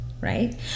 right